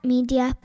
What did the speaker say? Media